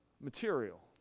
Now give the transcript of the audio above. material